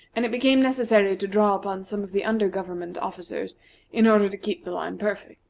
and it became necessary to draw upon some of the under government officers in order to keep the line perfect.